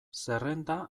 zerrenda